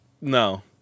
no